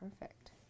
Perfect